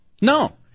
No